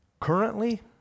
Currently